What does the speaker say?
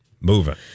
moving